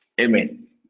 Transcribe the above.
Amen